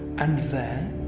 and there,